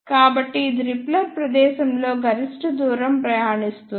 కాబట్టి ఇది రిపెల్లర్ ప్రదేశంలో గరిష్ట దూరం ప్రయాణిస్తుంది